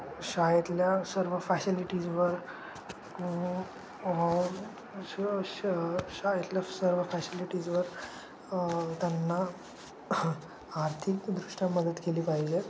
शाळेतल्या सर्व फॅसिलिटीजवर श श शाळेतल्या सर्व फॅसिलिटीजवर त्यांना आर्थिकदृष्ट्या मदत केली पाहिजे